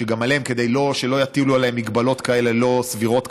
שגם עליהם לא יטילו הגבלות כאלה לא סבירות כרגע,